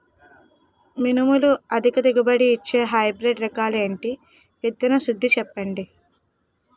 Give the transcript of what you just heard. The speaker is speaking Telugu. మినుములు అధిక దిగుబడి ఇచ్చే హైబ్రిడ్ రకాలు ఏంటి? విత్తన శుద్ధి చెప్పండి?